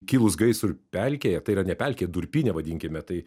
kilus gaisrui pelkėje tai yra ne pelkėje durpyne vadinkime tai